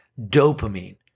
dopamine